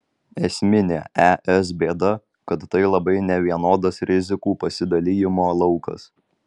esminė es bėda kad tai labai nevienodas rizikų pasidalijimo laukas